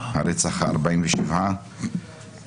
הרצח ה-47,